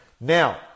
Now